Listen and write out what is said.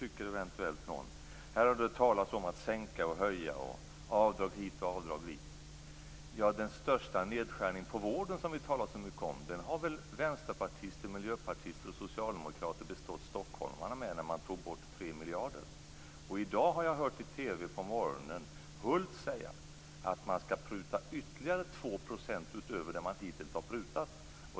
Här har det talats om sänkningar och höjningar, avdrag hit och avdrag dit. Ja, den största neddragningen på vården har vänsterpartister, miljöpartister och socialdemokrater bestått stockholmarna med när de tog bort 3 miljarder. I morse hörde jag Hulth säga i TV att man skall pruta ytterligare 2 % utöver det som man hittills har prutat.